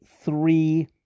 three